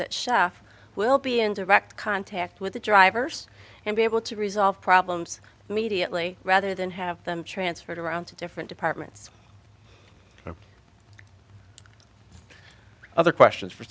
at shuff will be in direct contact with the drivers and be able to resolve problems immediately rather than have them transferred around to different departments and other questions for